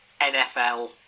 NFL